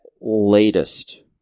latest